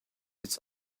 its